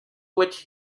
which